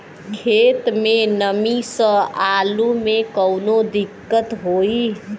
खेत मे नमी स आलू मे कऊनो दिक्कत होई?